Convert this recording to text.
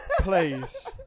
Please